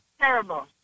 terrible